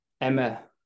Emma